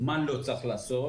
מה לא צריך לעשות?